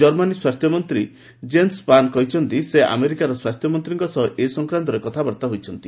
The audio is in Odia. ଜର୍ମାନୀ ସ୍ୱାସ୍ଥ୍ୟମନ୍ତ୍ରୀ ଜେନ୍ସ ସ୍ୱାନ୍ କହିଛନ୍ତି ସେ ଆମେରିକା ସ୍ୱାସ୍ଥ୍ୟମନ୍ତ୍ରୀଙ୍କ ସହ ଏ ସଂକ୍ରାନ୍ତରେ କଥାବାର୍ତ୍ତା ହୋଇଛନ୍ତି